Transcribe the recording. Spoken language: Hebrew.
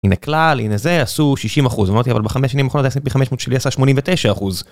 הנה כלל, הנה זה, עשו 60 אחוז, אמרתי אבל בחמש שנים האחרונות הS&P 500 שלי עשה 89 אחוז.